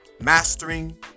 mastering